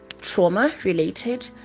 trauma-related